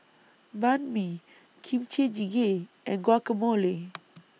Banh MI Kimchi Jjigae and Guacamole